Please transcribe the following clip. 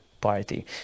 party